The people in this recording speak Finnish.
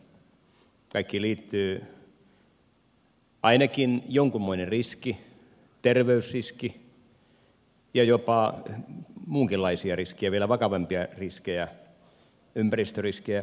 kaikkiin liittyy ainakin jonkunmoinen riski terveysriski ja jopa muunkinlaisia riskejä vielä vakavampia riskejä ympäristöriskejä ja vastaavia